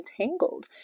entangled